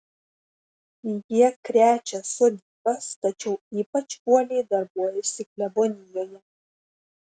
jie krečia sodybas tačiau ypač uoliai darbuojasi klebonijoje